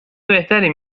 بهتری